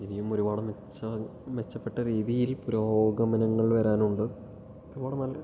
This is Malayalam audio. ഇനിയും ഒരുപാട് മെച്ച മെച്ചപ്പെട്ട രീതിയിൽ പുരോഗമനങ്ങൾ വരാനുണ്ട് ഒരുപാട് നല്ല